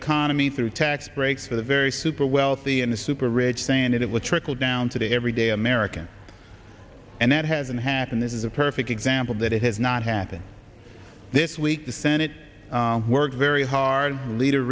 economy through tax breaks for the very super wealthy and the super rich saying that it will trickle down to the everyday american and that hasn't happened this is a perfect example that it has not happened this week the senate worked very hard leader